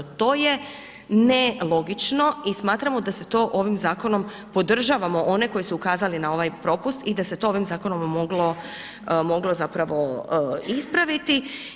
To je nelogično i smatramo da se to ovim zakonom podržavamo one koji su ukazali na ovaj propust i da se to ovim zakonom moglo ispraviti.